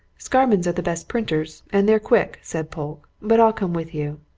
scammonds are the best printers and they're quick, said polke. but i'll come with you.